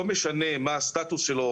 לא משנה מה הסטטוס שלו,